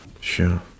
Sure